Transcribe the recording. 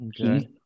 Okay